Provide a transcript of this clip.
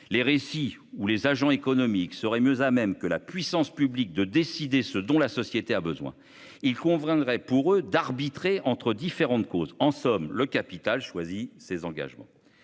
même récit, où les agents économiques seraient mieux à même que la puissance publique de décider ce dont la société a besoin. Il conviendrait pour eux d'arbitrer entre différentes causes. En somme, le capital choisirait ses engagements.